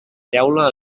teula